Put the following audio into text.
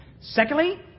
secondly